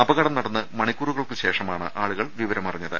അപകടം നടന്ന് മണിക്കൂറുകൾക്ക് ശേഷ മാണ് ആളുകൾ വിവരം അറിഞ്ഞത്